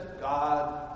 God